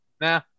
nah